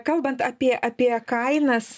kalbant apie apie kainas